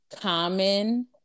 common